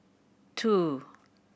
two